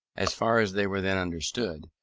as far as they were then understood,